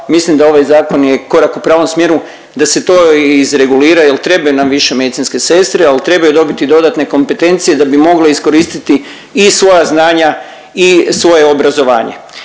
Mislim da ovaj zakon je korak u pravom smjeru da se to izregulira jer trebaju nam više medicinske sestre, ali trebaju dobiti dodatne kompetencije da bi mogle iskoristiti i svoja znanja i svoje obrazovanje.